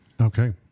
Okay